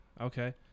Okay